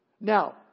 Now